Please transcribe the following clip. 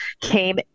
came